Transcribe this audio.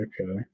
Okay